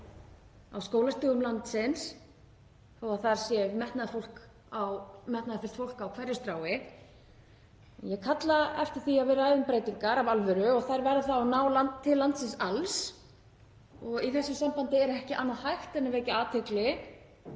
á skólastigum landsins þó að þar sé metnaðarfullt fólk á hverju strái. Ég kalla eftir því að við ræðum breytingar af alvöru og þær verða þá að ná til landsins alls. Í þessu sambandi er ekki annað hægt en að vekja athygli